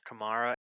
Kamara